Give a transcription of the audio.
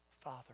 father